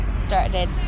started